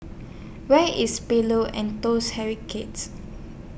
Where IS Pillows and Toast